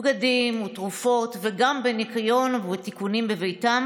בגדים ותרופות וגם בניקיון ובתיקונים בביתם,